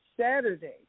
Saturday